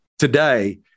Today